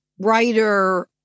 writer